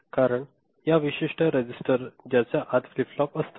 कारण या विशिष्ट रजिस्टर ज्याच्या आत फ्लिप फ्लॉप असतात